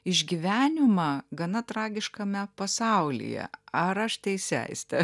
išgyvenimą gana tragiškame pasaulyje ar aš teisi aiste